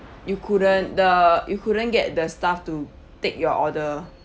you couldn't the you couldn't get the staff to take your order